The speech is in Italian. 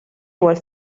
vuol